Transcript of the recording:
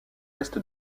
est